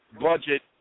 budget